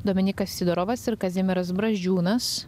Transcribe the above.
dominykas sidorovas ir kazimieras brazdžiūnas